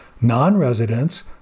Non-residents